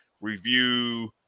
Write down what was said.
review